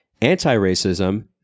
Anti-racism